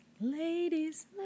Ladies